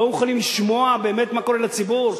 לא מוכנים לשמוע באמת מה קורה לציבור?